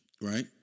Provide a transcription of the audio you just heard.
Right